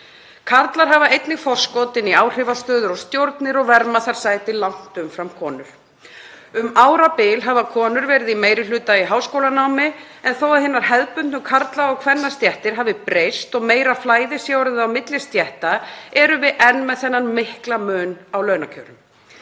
Karlar hafa einnig forskot inn í áhrifastöður og stjórnir og verma þar sæti langt umfram konur. Um árabil hafa konur verið í meiri hluta í háskólanámi en þó að hinar hefðbundnu karla- og kvennastéttir hafi breyst og meira flæði sé orðið á milli stétta erum við enn með þennan mikla mun á launakjörum.